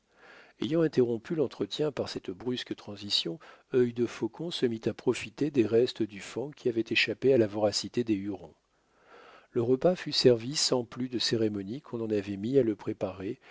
ayant interrompu l'entretien par cette brusque transition œil de faucon se mit à profiter des restes du faon qui avaient échappé à la voracité des hurons le repas fut servi sans plus de cérémonie qu'on n'en avait mis à le préparer